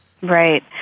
right